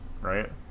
right